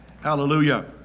Hallelujah